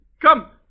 Come